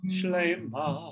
Shlema